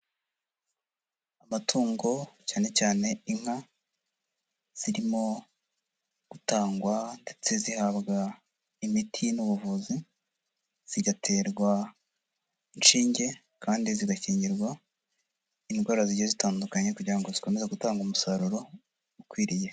Amatungo cyane cyane inka zirimo gutangwa ndetse zihabwa imiti n'ubuvuzi, zigaterwa inshinge kandi zigakingirwa indwara zigiye zitandukanye kugira ngo zikomeze gutanga umusaruro ukwiriye.